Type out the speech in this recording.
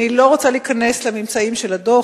אני לא רוצה להיכנס לממצאים של הדוח,